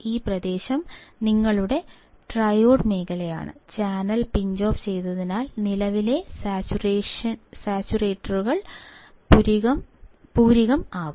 ഈ പ്രദേശം നിങ്ങളുടെ ട്രയോഡ് മേഖലയാണ് ചാനൽ പിഞ്ച്ഓഫ് ചെയ്തതിനാൽ നിലവിലെ സാച്ചുറേറ്റുകൾ പൂരിതം ആകും